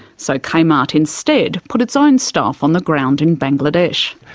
so kmart instead put its own staff on the ground in bangladesh.